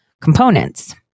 components